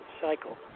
cycle